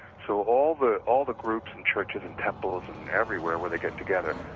so, all the all the groups and churches and temples and everywhere where they get together,